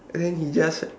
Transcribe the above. then he just